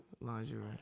Lingerie